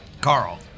Carl